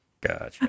gotcha